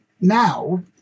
now